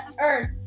earth